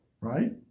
Right